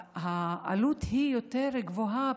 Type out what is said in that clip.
העלות היא יותר גבוהה,